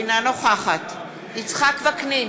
אינה נוכחת יצחק וקנין,